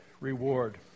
reward